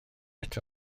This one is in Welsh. eto